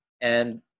And-